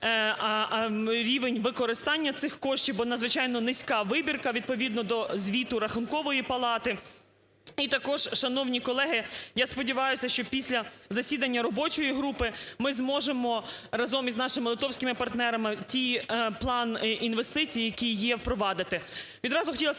рівень використання цих коштів, бо надзвичайно низька вибірка відповідно до звіту Рахункової палати. І також, шановні колеги, я сподіваюся, що після засідання робочої групи, ми зможемо разом із нашими литовськими партнерами той план інвестицій, який є, впровадити.